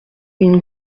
une